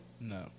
No